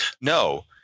No